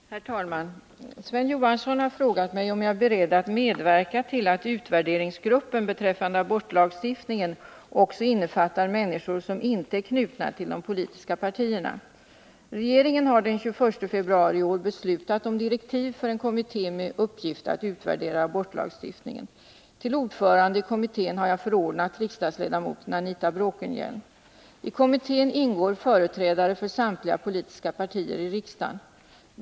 Herr talman! Sven Johansson har frågat mig om jag är beredd att medverka till att utvärderingsgruppen beträffande abortlagstiftningen också innefattar människor som inte är knutna till de politiska partierna. Regeringen har den 21 februari i år beslutat om direktiv för en kommitté med uppgift att utvärdera abortlagstiftningen. Till ordförande i kommittén har jag förordnat riksdagsledamoten Anita Bråkenhielm. I kommittén ingår företrädare för samtliga politiska partier i riksdagen.